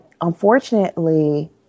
unfortunately